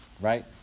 right